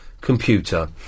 computer